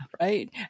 right